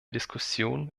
diskussion